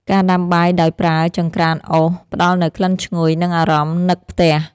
ការដាំបាយដោយប្រើចង្ក្រានអុស ផ្តល់នូវក្លិនឈ្ងុយ និងអារម្មណ៍នឹកផ្ទះ។